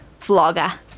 vlogger